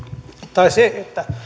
tai se että